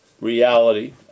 reality